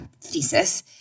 thesis